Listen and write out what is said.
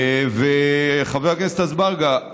חבר הכנסת אזברגה,